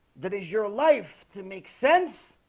that is your life to make sense